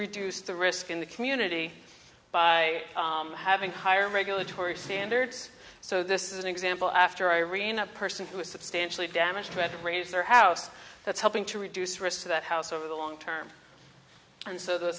reduce the risk in the community by having higher regulatory standards so this is an example after irene a person who is substantially damaged who had raised their house that's helping to reduce risk to that house over the long term and so the